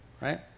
right